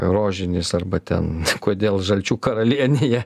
rožinis arba ten kodėl žalčių karalienėje